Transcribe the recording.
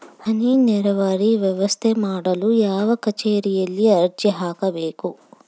ಹನಿ ನೇರಾವರಿ ವ್ಯವಸ್ಥೆ ಮಾಡಲು ಯಾವ ಕಚೇರಿಯಲ್ಲಿ ಅರ್ಜಿ ಹಾಕಬೇಕು?